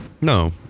No